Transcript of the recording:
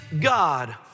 God